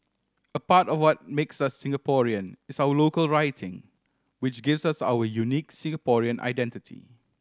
a part of what makes us Singaporean is our local writing which gives us our unique Singaporean identity